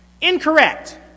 Incorrect